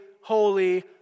holy